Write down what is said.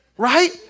Right